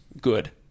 good